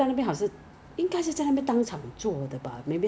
这一生中看到最多飞机 oh you can go ah Jewel